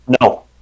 no